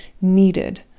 needed